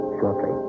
shortly